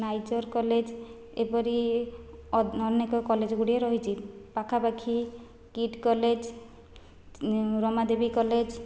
ନାଇଜର college ଏପରି ଅନେକ college ଗୁଡ଼ିଏ ରହିଛି ପାଖାପାଖି କୀଟ୍ କଲେଜ ରମାଦେବୀ କଲେଜ